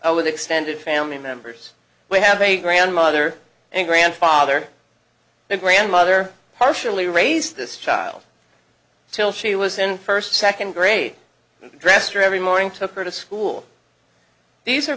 month with extended family members we have a grandmother and grandfather and grandmother partially raise this child till she was in first second grade dressed her every morning took her to school these are